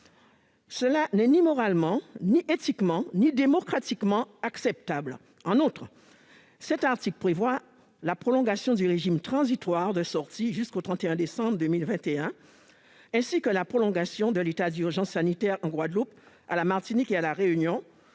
qui n'est ni moralement, ni éthiquement, ni démocratiquement acceptable. En outre, cet article prévoit la prolongation du régime transitoire de sortie jusqu'au 31 décembre 2021, ainsi que la prolongation de l'état d'urgence sanitaire en Guadeloupe, à la Martinique et à la Réunion,